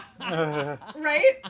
right